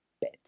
bed